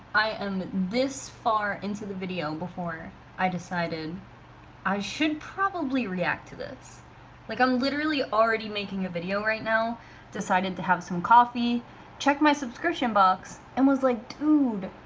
i am this far into the video before i decided i should probably react to this like i'm literally already making a video right now decided to have some coffee check my subscription box and was like, dude